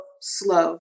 slow